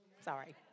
Sorry